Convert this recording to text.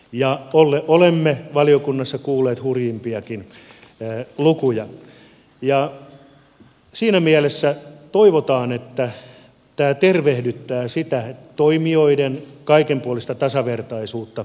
ja olemme valiokunnassa kuulleet hurjimpiakin lukuja ja siinä mielessä toivotaan että tämä tervehdyttää sitä toimijoiden kaikenpuolista tasavertaisuutta markkinoilla